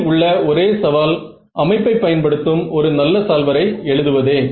இதில் உள்ள ஒரே சவால் அமைப்பை பயன்படுத்தும் ஒரு நல்ல சால்வரை எழுதுவதே